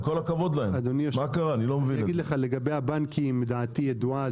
אדוני היושב ראש, לגבי הבנקים דעתי ידועה.